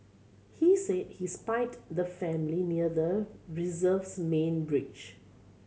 he said he spied the family near the reserve's main bridge